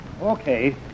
okay